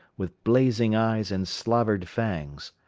with blazing eyes and slavered fangs.